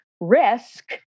risk